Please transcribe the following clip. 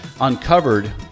uncovered